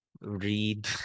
read